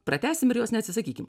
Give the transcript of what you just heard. pratęsim ir jos neatsisakykim